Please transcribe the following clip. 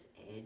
Edge